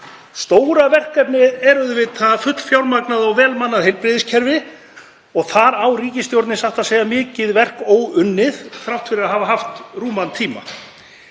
Stóra verkefnið er auðvitað fullfjármagnað og vel mannað heilbrigðiskerfi og þar á ríkisstjórnin satt að segja mikið verk óunnið þrátt fyrir að hafa haft rúman tíma.